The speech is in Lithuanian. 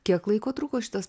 kiek laiko truko šitas